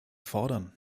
fordern